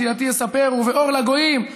תהילתי יספרו" ו"אור לגויים".